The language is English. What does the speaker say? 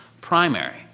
primary